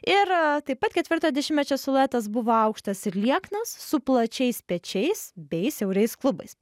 ir taip pat ketvirtojo dešimtmečio siluetas buvo aukštas ir lieknas su plačiais pečiais bei siaurais klubais